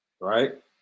right